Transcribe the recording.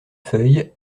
feuille